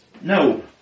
No